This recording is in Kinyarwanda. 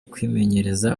kwimenyereza